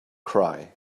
cry